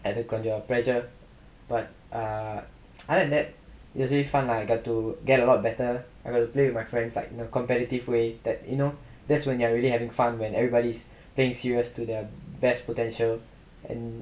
அது கொஞ்சம்:athu konjam pressure but err other than that it's very fun lah you have to get a lot better I will play with my friends you know in a competitive way that you know that's when you're really having fun when everybody's paying serious to their best potential and